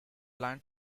plan